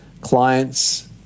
clients